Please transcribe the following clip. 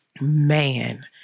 Man